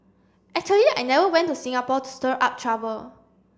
actually I never went to Singapore to stir up trouble